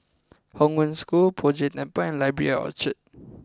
Hong Wen School Poh Jay Temple and Library at Orchard